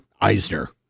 Eisner